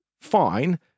Fine